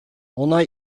onay